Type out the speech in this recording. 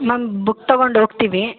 ma'am book ತೊಗೊಂಡ್ ಹೋಗ್ತೀವಿ